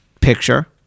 picture